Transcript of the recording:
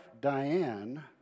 Diane